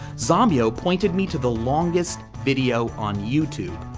zommyo pointed me to the longest video on youtube.